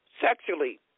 sexually